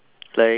like